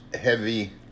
heavy